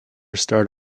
starred